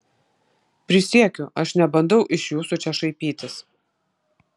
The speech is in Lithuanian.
prisiekiu aš nebandau iš jūsų čia šaipytis